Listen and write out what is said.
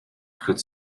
could